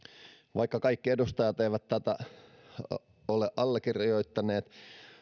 vaikka kaikki edustajat eivät tätä ole allekirjoittaneet